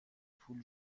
پول